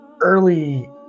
early